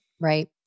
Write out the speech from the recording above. right